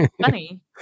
funny